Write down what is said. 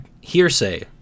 Hearsay